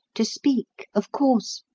to speak, of course.